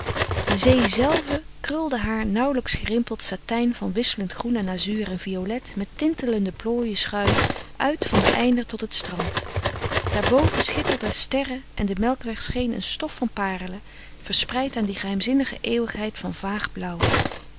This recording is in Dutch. de zee zelve krulde haar nauwlijks gerimpeld satijn van wisselend groen en azuur en violet met tintelende plooien schuim uit van den einder tot het strand daarboven schitterden sterren en de melkweg scheen een stof van parelen verspreid aan die geheimzinnige eeuwigheid van vaag blauw